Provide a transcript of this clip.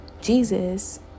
jesus